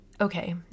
okay